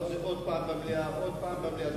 את זה עוד פעם במליאה ועוד פעם במליאה.